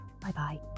Bye-bye